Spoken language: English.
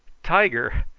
tiger!